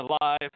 alive